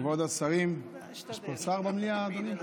כבוד השרים, יש פה שר במליאה, אדוני?